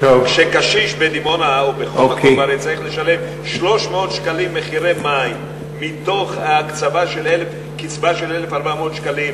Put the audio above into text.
כשקשיש בדימונה צריך לשלם 300 שקלים מחיר מים מתוך קצבה של 1,400 שקלים,